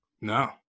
No